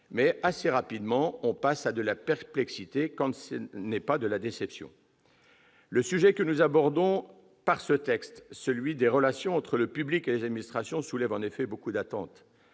mais, assez rapidement, on passe à la perplexité, si ce n'est à la déception. Le sujet que nous abordons au travers de ce projet de loi, celui des relations entre le public et les administrations, soulève, en effet, beaucoup d'attentes